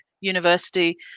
University